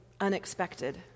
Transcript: unexpected